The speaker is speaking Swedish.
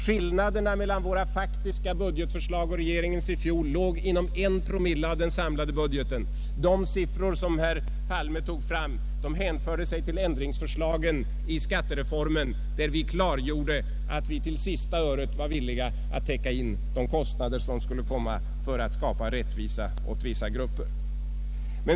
Skillnaden mellan våra faktiska budgetförslag och regeringens låg i fjol inom en promille av den samlade budgeten. De siffror som herr Palme tog fram hänförde sig till ändringsförslagen i fråga om skattereformen, där vi klargjorde att vi till sista öret var villiga att täcka in kostnaderna för att skapa rättvisa åt vissa grupper.